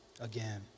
again